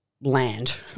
land